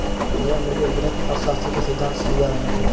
भैया मुझे वृहत अर्थशास्त्र के सिद्धांत समझा रहे हैं